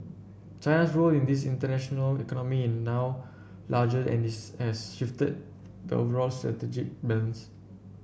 China's role in this international economy in now larger and this has shifted the overall strategic balance